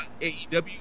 aew